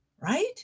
right